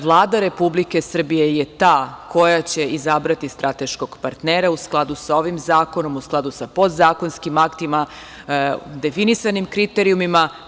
Vlada Republike Srbije je ta koja će izabrati strateškog partnera u skladu sa ovim zakonom, u skladu sa podzakonskim aktima, definisanim kriterijumima.